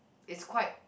it's quite